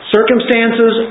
Circumstances